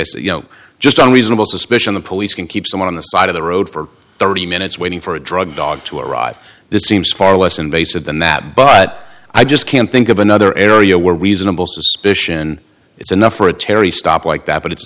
i say you know just on reasonable suspicion the police can keep someone on the side of the road for thirty minutes waiting for a drug dog to arrive this seems far less invasive than that but i just can't think of another area where reasonable suspicion it's enough for a terry stop like that but it's